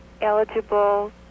eligible